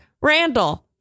Randall